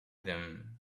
them